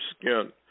skin